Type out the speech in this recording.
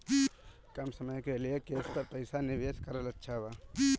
कम समय के लिए केस पर पईसा निवेश करल अच्छा बा?